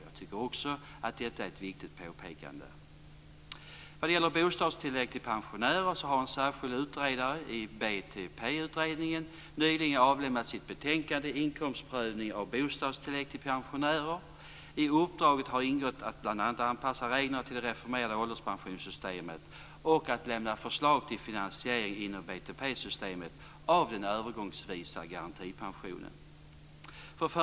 Jag tycker att detta är ett viktigt påpekande. En särskild utredare i BTP-utredningen har nyligen avlämnat sitt betänkande Inkomstprövning av bostadstillägg till pensionärer . I uppdraget har ingått att bl.a. anpassa reglerna till det reformerade ålderspensionssystemet och att lämna förslag till finansiering inom BTP-systemet av den övergångsvisa garantipensionen.